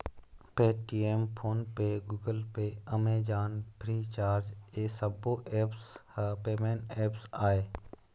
Paytm, PhonePe, Google Pay, Amazon, Freecharge ए सब्बो apps ह पेमेंट ऐप्स आय